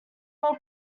all